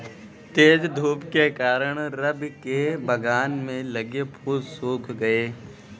तेज धूप के कारण, रवि के बगान में लगे फूल सुख गए